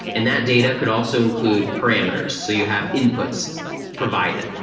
and that data could also include parameters. so you have inputs provided.